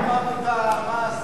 מה מותר, מה אסור.